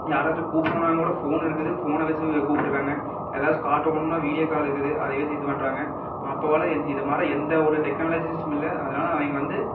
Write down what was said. யாராச்சும் கூப்ட்டோனா கூட ஃபோன் இருக்குது ஃபோனை வைச்சி கூப்பிட்டுறாங்க ஏதாச்சும் காட்டணும்னா வீடியோ கால் இருக்குது அதை வைச்சி இது பண்ணுறாங்க அப்பல்லாம் எந்த இது மாதிரி எந்த ஒரு டெக்னாலஜிஸும் இல்லை அதனால அவங்க வந்து